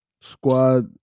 Squad